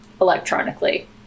electronically